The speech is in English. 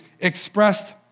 expressed